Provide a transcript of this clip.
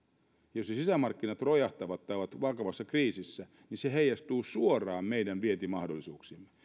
jos sisämarkkinat romahtavat tai ovat vakavassa kriisissä niin se heijastuu suoraan meidän vientimahdollisuuksiimme